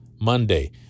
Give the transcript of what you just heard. Monday